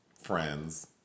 friends